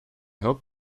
hope